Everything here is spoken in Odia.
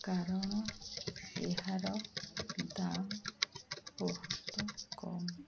କାରଣ ଏହାର ଦାମ ବହୁତ କମ୍